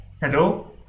Hello